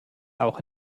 auch